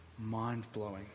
mind-blowing